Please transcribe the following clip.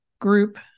group